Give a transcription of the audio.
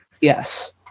Yes